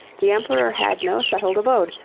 the emperor had no settled abode,